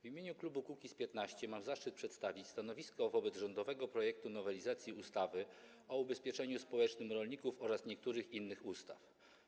W imieniu klubu Kukiz’15 mam zaszczyt przedstawić stanowisko wobec rządowego projektu nowelizacji ustawy o ubezpieczeniu społecznym rolników oraz niektórych innych ustaw.